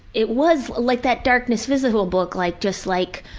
it was like that darkness visible book, like just like,